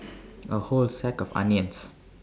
A whole sack of onions